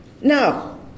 Now